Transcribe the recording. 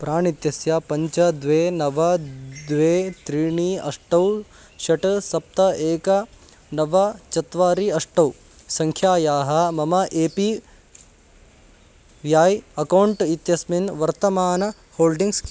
प्राण् इत्यस्य पञ्च द्वे नव द्वे त्रीणि अष्टौ षट् सप्त एक नव चत्वारि अष्टौ सङ्ख्यायाः मम ए पी व्याव् अकौण्ट् इत्यस्मिन् वर्तमानं होल्डिङ्ग्स् किम्